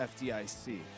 FDIC